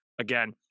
again